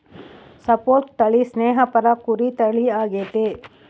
Suffolk ತಳಿ ಸ್ನೇಹಪರ ಕುರಿ ತಳಿ ಆಗೆತೆ